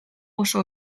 oso